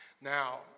Now